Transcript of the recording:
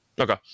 Okay